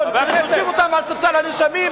צל"ש,